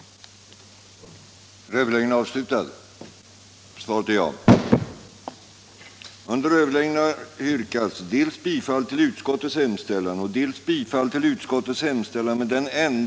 den det ej vill röstar nej.